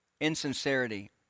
insincerity